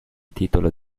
titolo